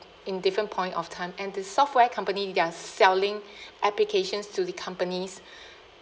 in different point of time and the software company they are selling applications to the company's